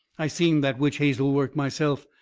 i seen that witch hazel work myself.